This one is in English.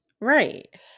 Right